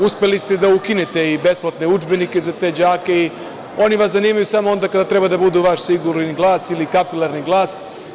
Uspeli ste da ukinete i besplatne udžbenike za te đake i oni vas zanimaju samo onda kada treba da budu vaš sigurni glas ili kapilarni glas.